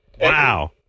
Wow